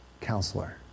counselor